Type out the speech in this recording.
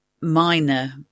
minor